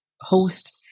host